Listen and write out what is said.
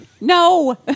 No